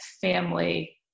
family